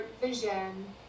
vision